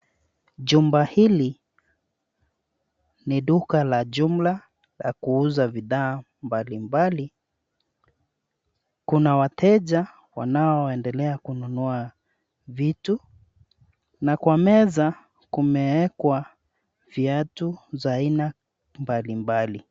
Jumba hili ni duka la jumla la kuuza bidhaa mbalimbali. Kuna wateja wanaoendelea kununua vitu na kwa meza kumewekwa viatu za aina mbalimbali.